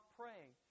praying